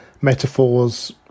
metaphors